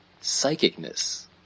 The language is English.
psychicness